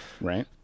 Right